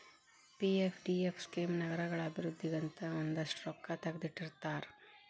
PFDF scheme ನಗರಗಳ ಅಭಿವೃದ್ಧಿಗಂತನೇ ಒಂದಷ್ಟ್ ರೊಕ್ಕಾ ತೆಗದಿಟ್ಟಿರ್ತಾರ